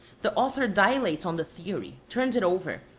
the author dilates on the theory, turns it over,